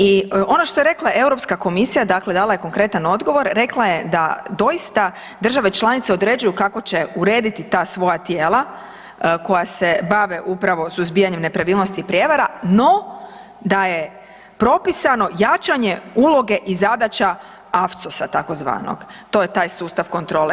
I ono što je rekla Europska komisija, dakle dala je konkretan odgovor, rekla je da doista države članice određuju kako će urediti ta svoja tijela koja se bave upravo suzbijanjem nepravilnosti i prijevara, no da je propisano jačanje uloge i zadaća AFCOS-a tako zvanog, to je taj sustav kontrole.